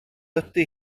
ydy